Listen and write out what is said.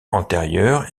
antérieure